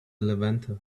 levanter